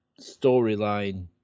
storyline